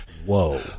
Whoa